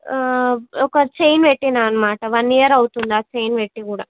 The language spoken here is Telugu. ఒక చైన్ పెట్టాను అన్నమాట వన్ ఇయర్ అవుతుంది ఆ చైన్ పెట్టి కూడా